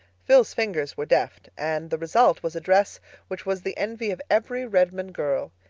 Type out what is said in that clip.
phil's fingers were deft, and the result was a dress which was the envy of every redmond girl.